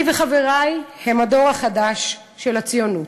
אני וחברי הדור החדש של הציונות,